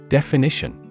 Definition